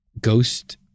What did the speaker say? ghost